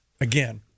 Again